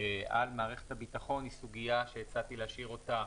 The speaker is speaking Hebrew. על מערכת הביטחון היא סוגיה שהצעתי להשאיר אותה